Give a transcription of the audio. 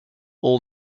all